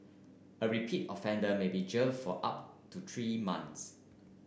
a repeat offender may be jail for up to three months